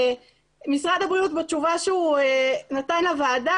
משרד הבריאות בתשובה שהוא נתן לוועדה